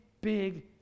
big